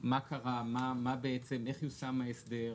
מה קרה, איך יושם ההסדר,